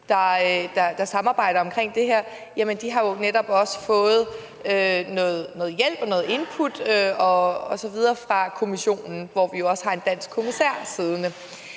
der samarbejder om det her, har netop også fået noget hjælp og noget input osv. fra Kommissionen, hvor vi jo har en dansk kommissær siddende.